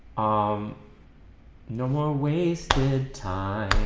um no more waisted time